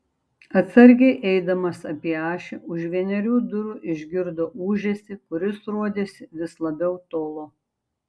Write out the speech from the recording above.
atsargiai eidamas apie ašį už vienerių durų išgirdo ūžesį kuris rodėsi vis labiau tolo